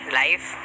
life